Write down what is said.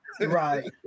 Right